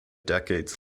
decades